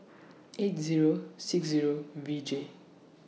eight Zero six Zero V J